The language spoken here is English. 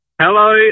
Hello